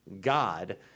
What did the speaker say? God